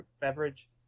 beverage